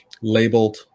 labeled